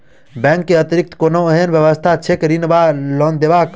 Bank केँ अतिरिक्त कोनो एहन व्यवस्था छैक ऋण वा लोनदेवाक?